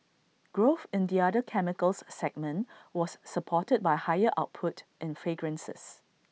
growth in the other chemicals segment was supported by higher output in fragrances